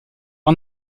par